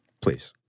Please